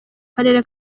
karere